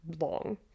long